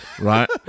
right